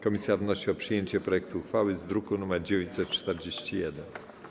Komisja wnosi o przyjęcie projektu uchwały z druku nr 941.